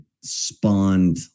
spawned